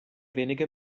wenige